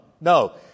No